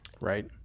right